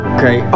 Okay